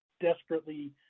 desperately